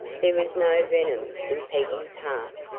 there was no venom in peggy's heart.